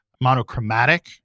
monochromatic